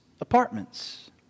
apartments